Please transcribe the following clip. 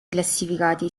classificati